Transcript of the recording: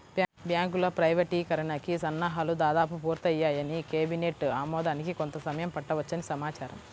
బ్యాంకుల ప్రైవేటీకరణకి సన్నాహాలు దాదాపు పూర్తయ్యాయని, కేబినెట్ ఆమోదానికి కొంత సమయం పట్టవచ్చని సమాచారం